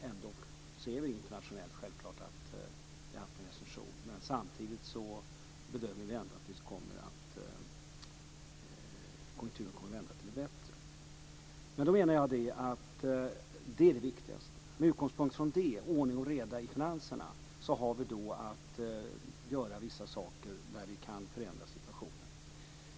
Ändå ser vi internationellt självklart att vi har haft en recession. Samtidigt bedömer vi att konjunkturen kommer att vända till det bättre. Det är det viktigaste: Med utgångspunkt i ordning och reda i finanserna har vi då att göra vissa saker där vi kan förändra situationen.